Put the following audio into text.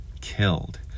killed